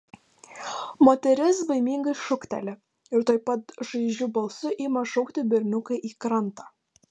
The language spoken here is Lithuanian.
moteris baimingai šūkteli ir tuoj pat šaižiu balsu ima šaukti berniuką į krantą